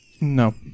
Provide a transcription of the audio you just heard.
No